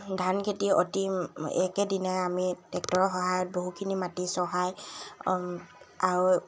ধান খেতি অতি একেদিনাই আমি টেক্টৰৰ সহায়ত বহুখিনি মাটি চহাই আৰু